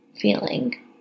feeling